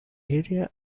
area